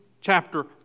chapter